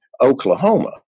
Oklahoma